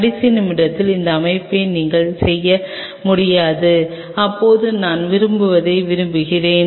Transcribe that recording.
கடைசி நிமிடத்தில் இந்த அழைப்பை நீங்கள் செய்ய முடியாது இப்போது நான் விரும்புவதை விரும்புகிறேன்